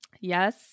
Yes